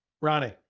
Ronnie